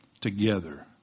together